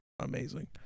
amazing